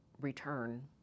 return